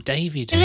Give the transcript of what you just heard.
David